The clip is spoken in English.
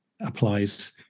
applies